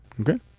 Okay